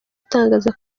atangaza